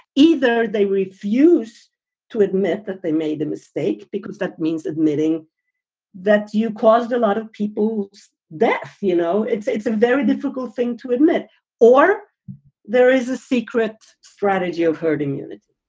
either they refuse to admit that they made the mistake because that means admitting that you caused a lot of people's deaths. you know, it's it's a very difficult thing to admit or there is a secret strategy of hurting you